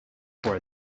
for